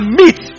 meet